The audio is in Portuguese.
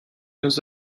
nos